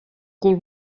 cul